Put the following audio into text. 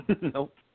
Nope